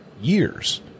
years